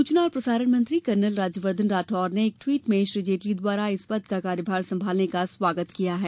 सूचना और प्रसारण मंत्री कर्नल राज्यवर्द्वन राठौड़ ने एक ट्वीट में श्री जेटली द्वारा इस पद का कार्यभार संभालने का स्वागत किया है